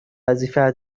وظیفه